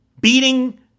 beating